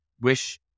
wish